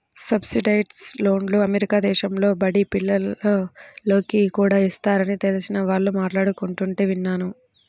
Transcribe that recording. subsidised లోన్లు America దేశంలో బడి పిల్లోనికి కూడా ఇస్తారని తెలిసిన వాళ్ళు మాట్లాడుకుంటుంటే విన్నాను